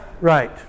Right